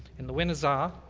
and the winners are.